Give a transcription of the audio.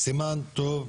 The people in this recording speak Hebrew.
סימן טוב,